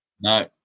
No